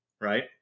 right